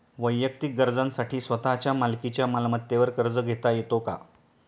वैयक्तिक गरजांसाठी स्वतःच्या मालकीच्या मालमत्तेवर कर्ज घेता येतो का?